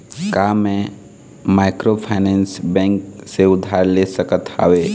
का मैं microfinance bank से उधार ले सकत हावे?